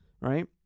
right